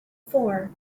four